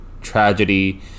tragedy